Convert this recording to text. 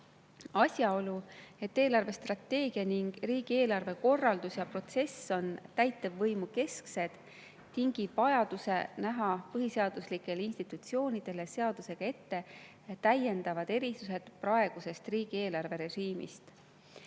Asjaolu, et eelarvestrateegia ning riigieelarve korraldus ja protsess on täitevvõimukesksed, tingib vajaduse näha põhiseaduslikele institutsioonidele seadusega ette täiendavad erisused praegusest riigieelarverežiimist. Eelnõu